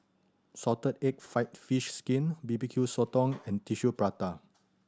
salted egg fried fish skin B B Q Sotong and Tissue Prata